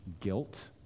guilt